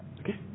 Okay